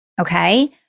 okay